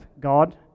God